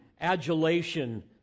adulation